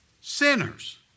sinners